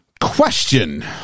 Question